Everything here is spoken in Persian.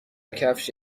کفش